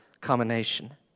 combination